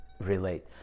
relate